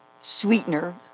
sweetener